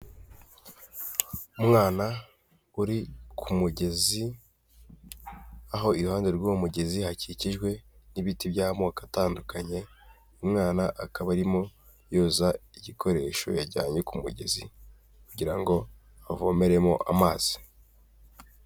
Umwana uri ku mugezi aho iruhande rw'uwo mugezi hakikijwe n'ibiti by'amoko atandukanye, umwana akaba arimo yoza igikoresho yajyanye ku mugezi kugira ngo avomeremo amazi.